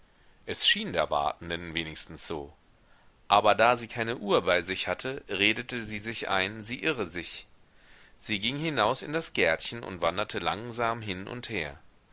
es schien der wartenden wenigstens so aber da sie keine uhr bei sich hatte redete sie sich ein sie irre sich sie ging hinaus in das gärtchen und wanderte langsam hin und her